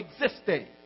existing